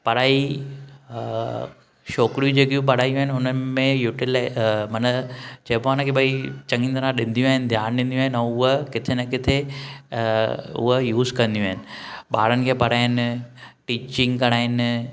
पढ़ाई छोकिरियूं जेकीयूं पढ़ाइदियूं आहिनि हुननि में युटीलाइ मन चईबो आहे न कि भई चङी तरह ॾींदीयूं आहिनि ध्यान ॾींदीयूं आहिनि ऐं हूअ किथे न किथे उह यूज़ कंदी आहिनि ॿारनि खे पढ़ाईनि टीचिंग कराइनि